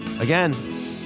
Again